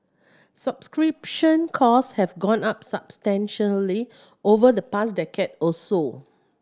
subscription cost have gone up substantially over the past decade or so